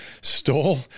stole